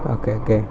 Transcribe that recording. okay okay